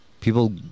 People